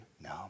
No